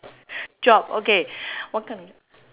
job okay what kind